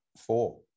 four